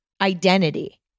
identity